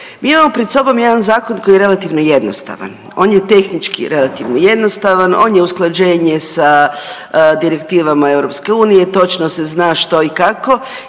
Mi imamo pred sobom jedan zakon koji je relativno jednostavan. On je tehnički relativno jednostavan. On je usklađenje sa direktivama Europske unije. Točno se zna što i kako